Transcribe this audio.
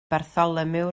bartholomew